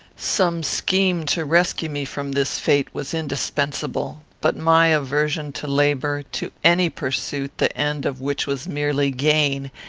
some scheme to rescue me from this fate was indispensable but my aversion to labour, to any pursuit the end of which was merely gain,